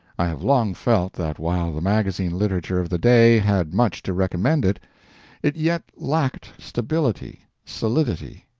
i have long felt that while the magazine literature of the day had much to recommend it, it yet lacked stability, solidity,